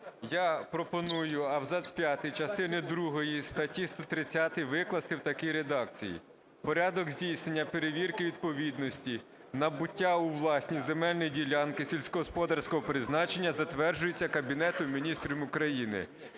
Я пропоную абзац п'ятий частини другої статті 130 викласти в такій редакції: "Порядок здійснення перевірки відповідності набуття у власність земельної ділянки сільськогосподарського призначення затверджується Кабінетом Міністрів України".